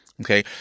okay